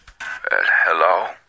hello